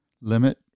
limit